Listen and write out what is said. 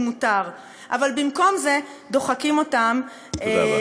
זה לא